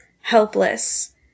helpless